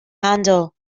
handle